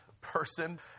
person